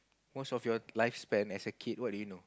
most of your life spent as a kid what do you know